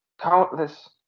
countless